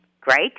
Great